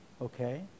okay